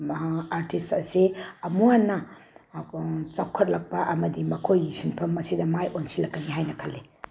artist ꯑꯁꯦ ꯑꯃꯨꯛꯍꯟꯅ ꯆꯥꯎꯈꯠꯂꯛꯄ ꯑꯃꯗꯤ ꯃꯈꯣꯏꯒꯤ ꯁꯤꯟꯐꯝ ꯑꯁꯤꯗ ꯃꯥꯏ ꯑꯣꯟꯁꯤꯜꯂꯛꯀꯅꯤ ꯍꯥꯏꯅ ꯈꯜꯂꯤ